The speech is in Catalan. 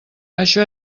això